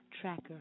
tracker